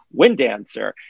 Windancer